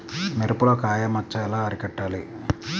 మిరపలో కాయ మచ్చ ఎలా అరికట్టాలి?